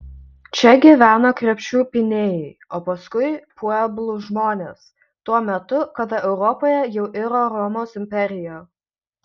čia gyveno krepšių pynėjai o paskui pueblų žmonės tuo metu kada europoje jau iro romos imperija